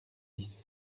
dix